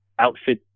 outfit